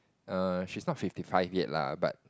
err she's not fifty five yet lah but